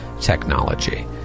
technology